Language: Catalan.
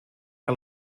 que